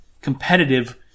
competitive